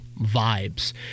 vibes